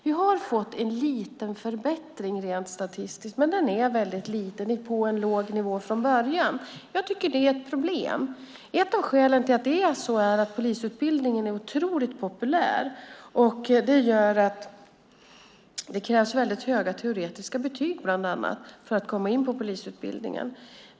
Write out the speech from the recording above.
Vi har fått en liten förbättring rent statistiskt, men den är väldigt liten och antalet ligger på en låg nivå från början. Jag tycker att det är ett problem. Ett av skälen till att det är så är att polisutbildningen är otroligt populär, och det gör att det bland annat krävs väldigt höga teoretiska betyg för att komma in på polisutbildningen.